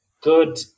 good